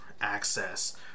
access